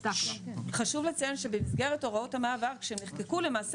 חשוב לציין שבמסגרת הוראות המעבר כשנחקקו למעשה